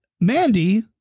Mandy